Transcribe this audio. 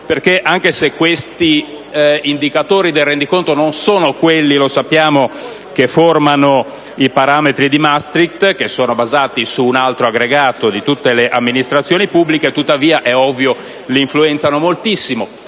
anche se questi indicatori del rendiconto non sono quelli che formano i parametri di Maastricht, basati su un altro aggregato di tutte le amministrazioni pubbliche, tuttavia l'influenzano moltissimo.